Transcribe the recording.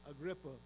Agrippa